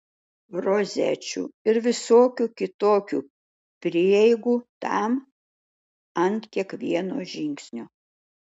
rozečių ir visokių kitokių prieigų tam ant kiekvieno žingsnio